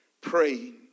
praying